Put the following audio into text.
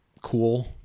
Cool